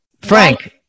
Frank